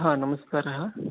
हा नमस्कारः